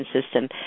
system